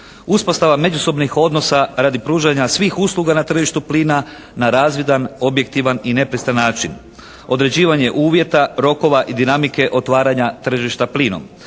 Uspostava međusobnih odnosa radi pružanja svih usluga na tržištu plina na razvidan, objektivan i nepristran način, određivanje uvjeta, rokova i dinamike otvaranja tržišta plinom,